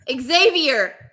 Xavier